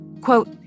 quote